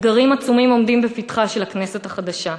אתגרים עצומים עומדים בפתחה של הכנסת החדשה,